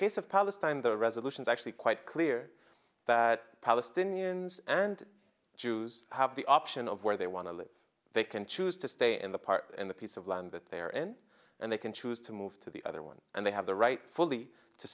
case of palestine the resolutions actually quite clear that palestinians and jews have the option of where they want to live they can choose to stay in the part in the piece of land that they are in and they can choose to move to the other one and they have the right fully to